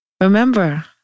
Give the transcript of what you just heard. Remember